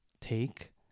take